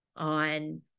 on